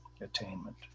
attainment